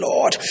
Lord